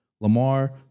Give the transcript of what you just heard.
Lamar